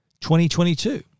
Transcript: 2022